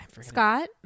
Scott